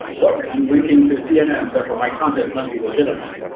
look, i'm linking to cnn. therefore, my content must be legitimate.